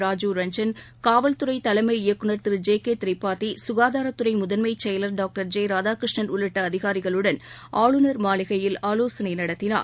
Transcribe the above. ராஜீவ்ரஞ்சன் காவல்துறைதலைமை இயக்குநர் திரு ஜே கேதிரிபாதி க்காதாரத்துறைமுதன்மைச் செயலர் டாக்டர் ஜெ ராதாகிருஷ்ணன் உள்ளிட்டஅதிகாரிகளுடன் ஆளுநர் மாளிகையில் ஆலோசனைநடத்தினார்